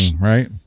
right